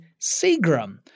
Seagram